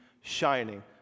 shining